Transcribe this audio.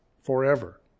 forever